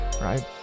Right